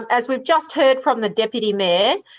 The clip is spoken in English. um as we've just heard from the deputy mayor,